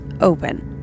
open